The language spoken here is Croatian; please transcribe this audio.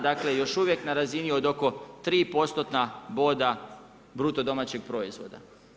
Dakle, još uvijek na razini od oko 3 postotna boda bruto domaćeg proizvoda.